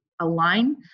align